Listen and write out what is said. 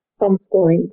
homeschooling